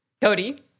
Cody